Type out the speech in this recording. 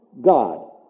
God